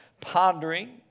pondering